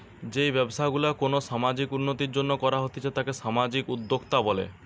যেই ব্যবসা গুলা কোনো সামাজিক উন্নতির জন্য করা হতিছে তাকে সামাজিক উদ্যোক্তা বলে